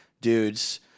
dudes